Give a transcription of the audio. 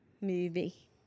movie